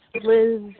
Liz